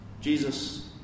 Jesus